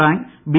bank B